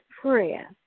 prayer